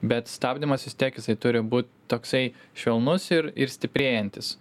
bet stabdymas vis tiek jisai turi būt toksai švelnus ir ir stiprėjantis